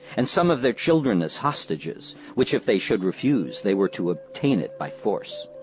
and some of their children as hostages, which if they should refuse, they were to obtain it by force.